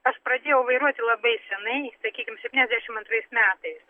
aš pradėjau vairuoti labai senai sakykim septyniasdešim antrais metais